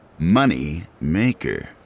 Moneymaker